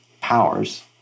powers